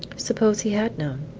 suppose he had known?